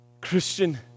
Christian